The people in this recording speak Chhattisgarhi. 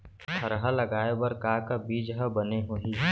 थरहा लगाए बर का बीज हा बने होही?